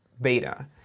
beta